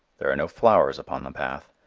there are no flowers upon the path.